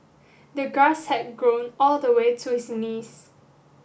the grass had grown all the way to his knees